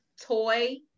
Toy